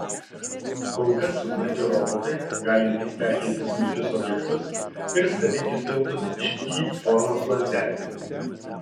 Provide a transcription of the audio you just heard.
kol kas sukurti robotai galintys perkelti smulkius objektus ir statyti tiltus iš y formos lazdelių